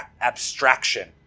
abstraction